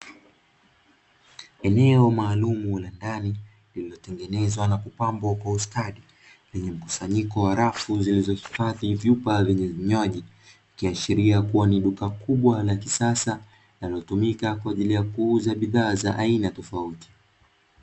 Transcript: Eneo maalumu la ndani lililotengenezwa na kupambwa kwa ustadi, lenye mkusanyiko wa rafu zilizohifadhi vyupa vyenye vinywaji; likiashiria kuwa ni duka kubwa na la kisasa linalotumika kwaajili ya kuuza bidhaa za aina tofauti.